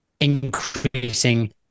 increasing